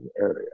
area